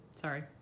sorry